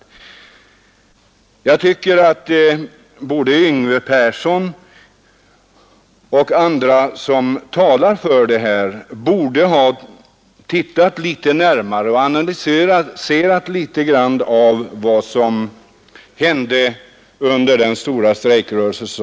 Jag tycker att både Yngve Persson i Stockholm och andra som talar för detta förslag borde ha analyserat litet närmare vad som hände under den senaste stora strejkrörelsen.